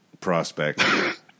prospect